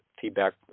feedback